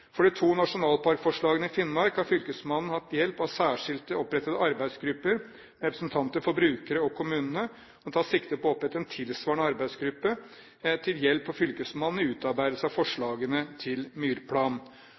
For de to nasjonalparkforslagene i Finnmark har fylkesmannen hatt hjelp av særskilte opprettede arbeidsgrupper med representanter for brukerne og kommunene. Man tar sikte på å opprette en tilsvarende arbeidsgruppe til hjelp for fylkesmannen ved utarbeidelse av forslagene til myrplan.